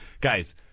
guys